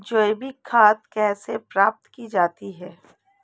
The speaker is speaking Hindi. जैविक खाद कैसे प्राप्त की जाती है?